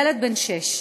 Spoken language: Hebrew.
ילד בן שש.